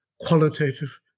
qualitative